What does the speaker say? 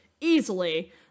Easily